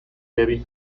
debbie